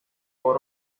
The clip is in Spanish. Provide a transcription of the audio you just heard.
los